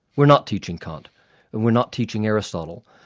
we're not teaching kant and we're not teaching aristotle,